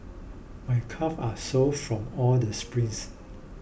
my calves are sore from all the sprints